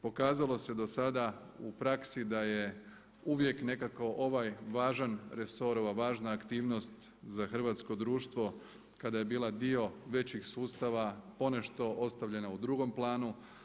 Pokazalo se dosada u praksi da je uvijek nekako ovaj važan resor, ova važna aktivnost za hrvatsko društvo kada je bila dio većih sustava ponešto ostavljena u drugom planu.